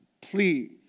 please